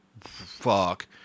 fuck